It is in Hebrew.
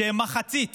שהם מחצית